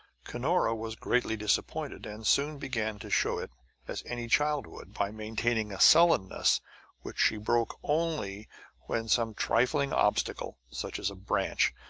cunora was greatly disappointed, and soon began to show it as any child would, by maintaining a sullenness which she broke only when some trifling obstacle, such as a branch,